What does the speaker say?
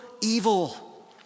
evil